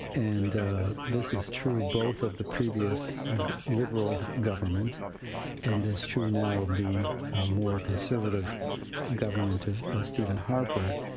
and this is true both of the previous liberal government and it's true now of the more conservative government of stephen harper.